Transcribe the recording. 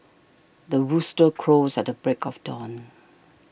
the rooster crows at the break of dawn